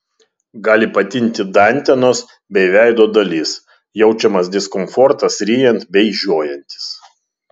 gali patinti dantenos bei veido dalis jaučiamas diskomfortas ryjant bei žiojantis